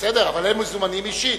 בסדר, אבל הם מזומנים אישית.